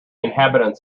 inhabitants